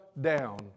down